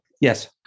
Yes